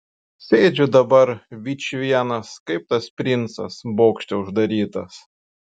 sėdžiu dabar vičvienas kaip tas princas bokšte uždarytas